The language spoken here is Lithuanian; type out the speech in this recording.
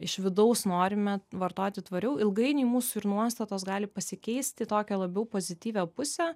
iš vidaus norime vartoti tvariau ilgainiui mūsų ir nuostatos gali pasikeist į tokią labiau pozityvią pusę